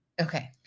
Okay